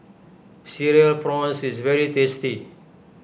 Cereal Prawns is very tasty